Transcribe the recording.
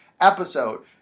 episode